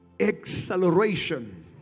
acceleration